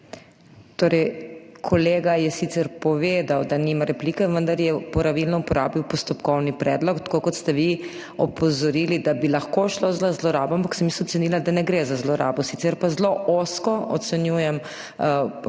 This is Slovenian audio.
HOT:** Kolega je sicer povedal, da nima replike, vendar je pravilno uporabil postopkovni predlog, tako kot ste vi opozorili, da bi lahko šlo za zlorabo, ampak sem jaz ocenila, da ne gre za zlorabo. Sicer pa zelo ozko ocenjujem